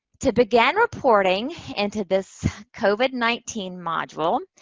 to begin reporting into this covid nineteen module,